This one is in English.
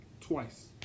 twice